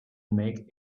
make